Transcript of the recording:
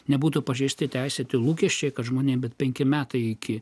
nebūtų pažeisti teisėti lūkesčiai kad žmonėms bet penki metai iki